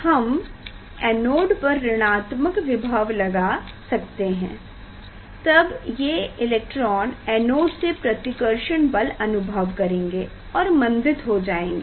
हम एनोड पर ऋणात्मक विभव लगा सकते हैं तब ये इलेक्ट्रॉन एनोड से प्रतिकर्षण बल अनुभव करेंगें और मंदित हो जायेंगे